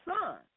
son